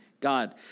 God